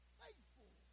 faithful